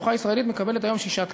השלוחה הישראלית מקבלת היום שישה תקנים.